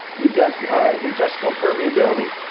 you've got intestinal permeability.